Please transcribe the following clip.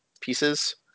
pieces